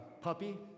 puppy